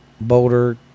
Boulder